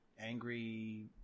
angry